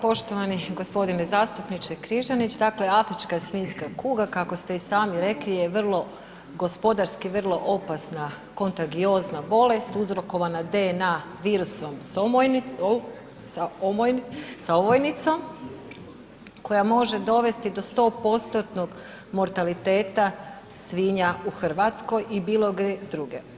Poštovani g. zastupniče Križanić, dakle afrička svinjska kuga, kako ste i sami rekli, je vrlo gospodarski vrlo opasna, kontagiozna bolest uzrokovana DNA virusom sa ovojnicom koja može dovesti do 100%-tnog mortaliteta svinja u RH i bilo gdje drugdje.